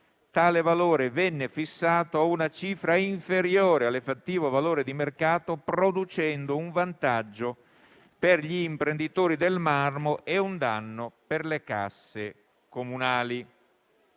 tale valore venne fissato a una cifra inferiore all'effettivo valore di mercato producendo un vantaggio per gli imprenditori del marmo e un danno per le casse comunali.